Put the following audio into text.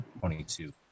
22